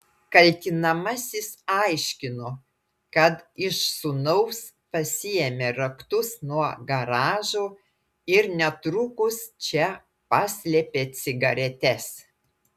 kaltinamasis aiškino kad iš sūnaus pasiėmė raktus nuo garažo ir netrukus čia paslėpė cigaretes